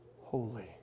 holy